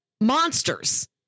monsters